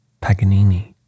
Paganini